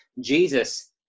Jesus